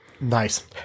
nice